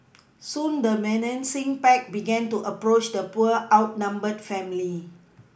soon the menacing pack began to approach the poor outnumbered family